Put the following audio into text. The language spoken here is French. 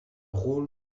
rôle